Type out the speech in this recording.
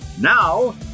Now